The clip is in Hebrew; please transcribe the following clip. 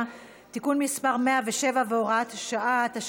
(תיקון מס' 107 והוראת שעה) (תיקון),